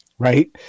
right